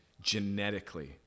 genetically